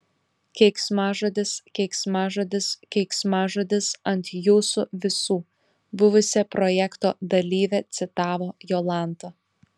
keiksmažodis keiksmažodis keiksmažodis ant jūsų visų buvusią projekto dalyvę citavo jolanta